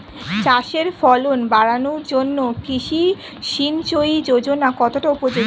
চাষের ফলন বাড়ানোর জন্য কৃষি সিঞ্চয়ী যোজনা কতটা উপযোগী?